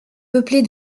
peuplée